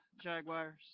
Jaguars